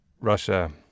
Russia